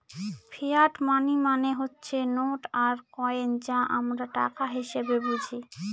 fiat money মানে হচ্ছে note আর কয়েন যা আমরা টাকা হিসেবে বুঝি